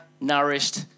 nourished